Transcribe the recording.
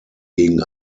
gegen